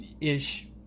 Ish